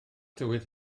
tywydd